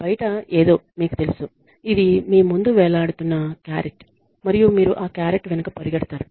బయట ఏదో మీకు తెలుసు ఇది మీ ముందు వేలాడుతున్న క్యారెట్ మరియు మీరు ఆ క్యారెట్ వెనుక పరుగెడతారు